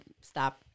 stop